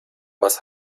was